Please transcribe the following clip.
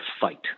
fight